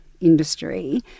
industry